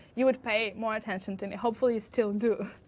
you would pay more attention to me. hopefully, you still do.